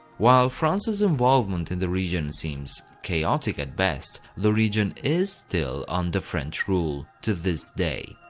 while france's involvement in the region seems chaotic at best, the region is still under french rule to this day.